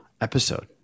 episode